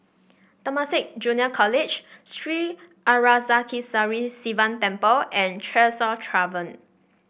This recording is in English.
Temasek Junior College Sri Arasakesari Sivan Temple and Tresor Tavern